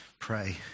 pray